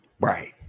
Right